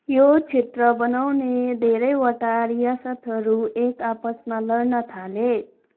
यो क्षेत्र बनाउने धेरैवटा रियासतहरू एक आपसमा लड्न थाले